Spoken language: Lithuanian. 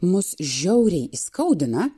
mus žiauriai įskaudina